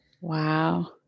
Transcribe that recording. Wow